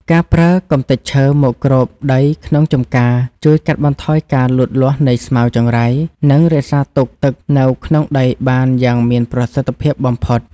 ការប្រើកម្ទេចឈើមកគ្របដីក្នុងចម្ការជួយកាត់បន្ថយការលូតលាស់នៃស្មៅចង្រៃ និងរក្សាទុកទឹកនៅក្នុងដីបានយ៉ាងមានប្រសិទ្ធភាពបំផុត។